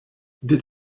did